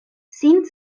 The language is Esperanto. sin